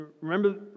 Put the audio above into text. remember